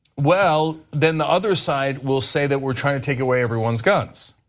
well, then the other side will say that we are trying to take away everyone's guns.